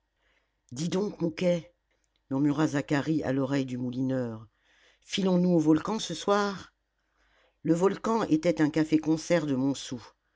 mouquet murmura zacharie à l'oreille du moulineur filons nous au volcan ce soir le volcan était un café-concert de